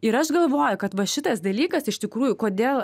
ir aš galvoju kad va šitas dalykas iš tikrųjų kodėl